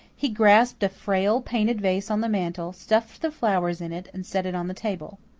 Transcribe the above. he grasped a frail, painted vase on the mantel, stuffed the flowers in it, and set it on the table.